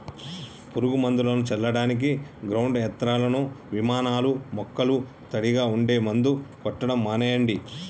పురుగు మందులను చల్లడానికి గ్రౌండ్ యంత్రాలు, విమానాలూ మొక్కలు తడిగా ఉంటే మందు కొట్టడం మానెయ్యండి